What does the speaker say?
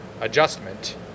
adjustment